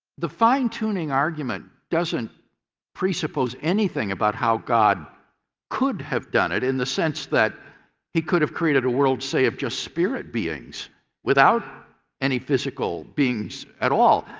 the fine-tuning argument doesn't presuppose anything about how god could have done it in the sense that he could have created a world, say, of just spirit beings without any physical beings at all. all.